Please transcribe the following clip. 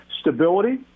stability